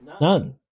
None